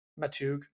Matug –